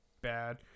bad